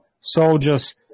soldiers